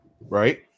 right